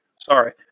Sorry